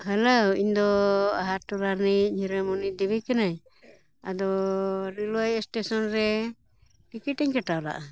hello ᱤᱧ ᱫᱚ ᱟᱦᱟᱨ ᱴᱚᱞᱟ ᱨᱤᱡᱤᱡ ᱦᱤᱨᱟᱹᱢᱚᱱᱤ ᱫᱮᱵᱤ ᱠᱟᱹᱱᱟᱹᱧ ᱟᱫᱚ ᱨᱮᱹᱞᱚᱭᱮ ᱮᱥᱴᱮᱥᱚᱱ ᱨᱮ ᱴᱤᱠᱤᱴ ᱤᱧ ᱠᱟᱴᱟᱣ ᱞᱮᱜᱼᱟ